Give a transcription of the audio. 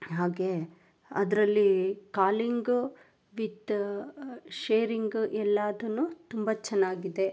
ಹಾಗೇ ಅದರಲ್ಲಿ calling with sharing ಎಲ್ಲದನ್ನು ತುಂಬ ಚೆನ್ನಾಗಿದೆ